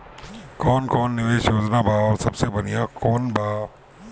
कवन कवन निवेस योजना बा और सबसे बनिहा कवन बा?